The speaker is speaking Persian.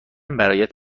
برایت